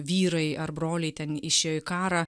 vyrai ar broliai ten išėjo į karą